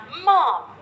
Mom